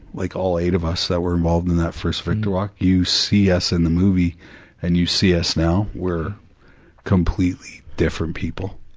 like, all eight of us that were involved in that first victor walk, you see us in the movie and you see us now. we're completely different people.